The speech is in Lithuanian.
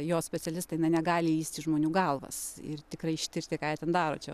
jos specialistai na negali įst į žmonių galvas ir tikrai ištirti ką jie ten daro čia